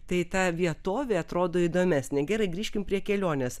tai ta vietovė atrodo įdomesnė gerai grįžkim prie kelionės